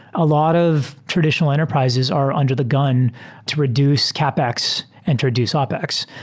a lot of traditional enterprises are under the gun to reduce capex and to reduce ah opex.